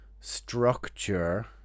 structure